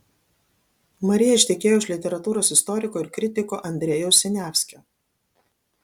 marija ištekėjo už literatūros istoriko ir kritiko andrejaus siniavskio